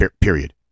period